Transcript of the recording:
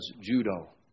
judo